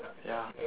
ya